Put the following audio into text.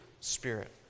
spirit